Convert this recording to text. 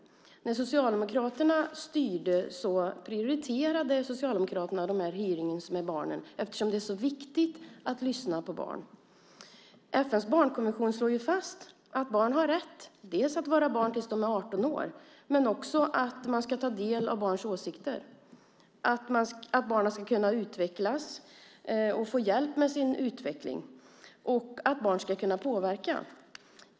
När Socialdemokraterna styrde prioriterade de dessa hearingar med barnen eftersom det är så viktigt att lyssna på barn. FN:s barnkonvention slår fast att barn har rätt att vara barn tills de är 18 år men också att man ska ta del av barns åsikter, att barn ska kunna utvecklas och få hjälp med sin utveckling och att barn ska kunna påverka.